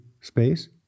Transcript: space